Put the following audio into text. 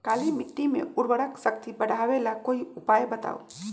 काली मिट्टी में उर्वरक शक्ति बढ़ावे ला कोई उपाय बताउ?